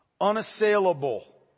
unassailable